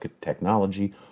technology